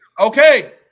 Okay